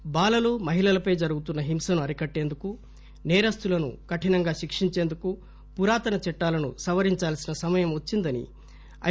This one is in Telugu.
ఆర్ బాలలు మహిళలపై జరుగుతున్న హింసను అరికట్టేందుకు నేరస్తులను కఠినంగా శిక్షించేందుకు పురాతన చట్టాలను సవరించాల్సిన సమయం వచ్చిందని ఐ